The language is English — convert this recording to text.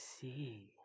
see